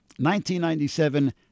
1997